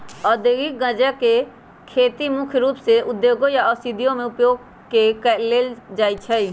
औद्योगिक गञ्जा के खेती मुख्य रूप से उद्योगों या औषधियों में उपयोग के लेल कएल जाइ छइ